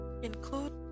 Include